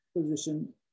position